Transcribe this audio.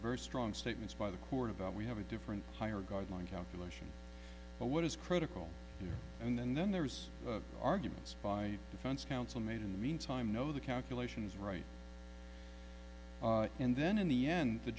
very strong statements by the court about we have a different higher guideline calculation but what is critical here and then there's arguments by defense counsel made in the meantime no the calculation is right and then in the end the